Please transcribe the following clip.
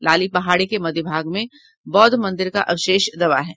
लाली पहाड़ी के मध्य भाग में बौद्ध मंदिर का अवशेष दबा है